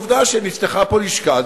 הוויכוח שלי בעובדה שנפתחה פה לשכה.